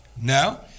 No